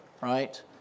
right